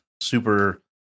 super